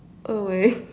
oh my